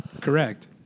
Correct